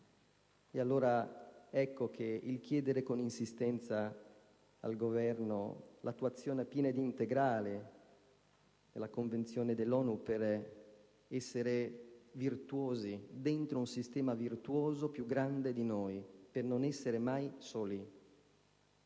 allora che chiedere con insistenza al Governo l'attuazione piena ed integrale della Convenzione dell'ONU, per essere virtuosi dentro un sistema virtuoso più grande di noi, per non essere mai soli,